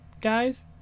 guys